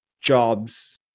jobs